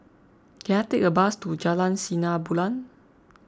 can I take a bus to Jalan Sinar Bulan